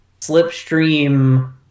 slipstream